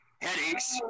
headaches